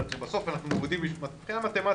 אנחנו מורידים מבחינה מתמטית.